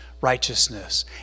righteousness